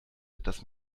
dass